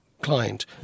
client